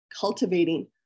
cultivating